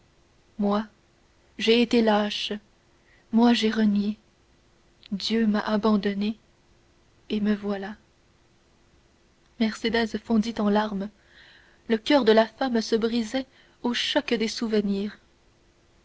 moi j'ai été lâche moi j'ai renié dieu m'a abandonnée et me voilà mercédès fondit en larmes le coeur de la femme se brisait au choc des souvenirs